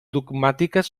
dogmàtiques